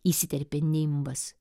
įsiterpė nimbas